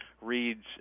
reads